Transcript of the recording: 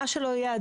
מה שלא יהיה,